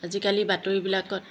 আজিকালি বাতৰিবিলাকত